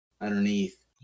underneath